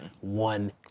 one